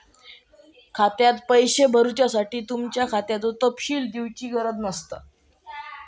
खात्यात पैशे भरुच्यासाठी तुमच्या खात्याचो तपशील दिवची गरज नसता